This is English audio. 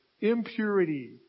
impurity